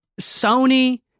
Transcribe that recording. Sony